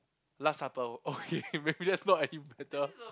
last supper okay maybe that's not any better